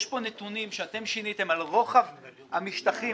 יש פה נתונים שאתם שיניתם על רוחב המשטחים.